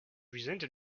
resented